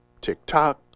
tick-tock